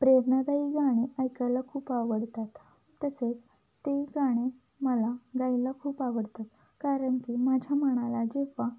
प्रेरनादायी गाणे ऐकायला खूप आवडतात तसेच ते गाणे मला गायला खूप आवडतात कारण की माझ्या मनाला जेव्हा